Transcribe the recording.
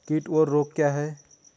कीट और रोग क्या हैं?